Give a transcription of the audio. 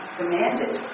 demanded